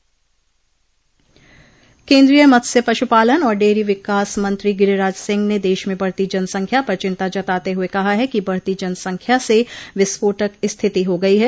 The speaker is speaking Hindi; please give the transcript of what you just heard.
केन्द्रीय मत्स्य पशुपालन और डेयरी विकास मंत्री गिरिराज सिंह ने दश में बढ़ती जनसंख्या पर चिंता जताते हुये कहा है कि बढ़ती जनसंख्या से विस्फोटक स्थिति हो गयी है